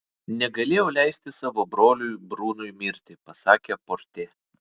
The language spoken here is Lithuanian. negalėjau leisti savo broliui brunui mirti pasakė porte